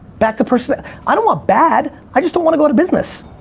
back to personal. i don't want bad. i just don't want to go to business.